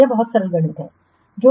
यह बहुत सरल गणित है